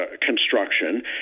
construction